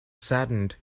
saddened